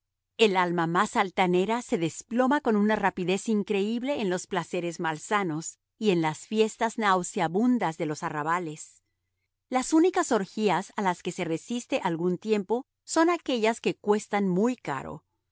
el alma más altanera se desploma con una rapidez increíble en los placeres malsanos y en las fiestas nauseabundas de los arrabales las únicas orgías a las que se resiste algún tiempo son aquellas que cuestan muy caro